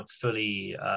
fully